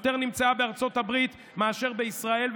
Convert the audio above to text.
יותר נמצאה בארצות הברית מאשר בישראל,